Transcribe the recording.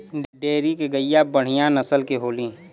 dairy के गईया बढ़िया नसल के होली